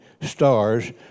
stars